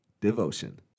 Devotion